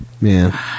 man